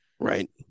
right